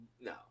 No